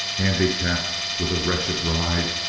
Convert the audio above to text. handicapped with a wretched ride,